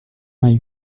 vingt